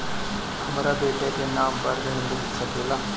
हमरा बेटा के नाम पर ऋण मिल सकेला?